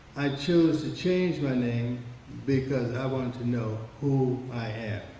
i chose to change my name because i want to know who i am,